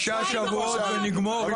שישה שבועות ונגמור עם זה.